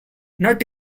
not